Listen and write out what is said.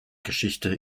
geschichte